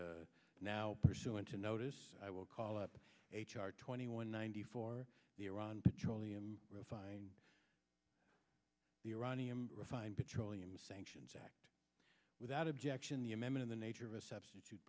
and now pursuant to notice i will call up h r twenty one ninety four the iran petroleum refined the iranian refined petroleum sanctions act without objection the a member of the nature of a substitute